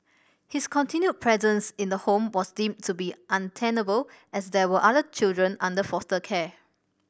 his continued presence in the home was deemed to be untenable as there were other children under foster care